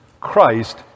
Christ